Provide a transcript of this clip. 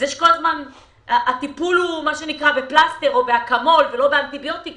זה שכל הזמן הטיפול הוא בפלסטר או באקמול ולא באנטיביוטיקה,